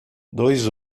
dois